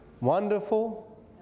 Wonderful